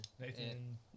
Nathan